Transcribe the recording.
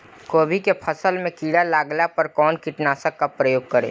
गोभी के फसल मे किड़ा लागला पर कउन कीटनाशक का प्रयोग करे?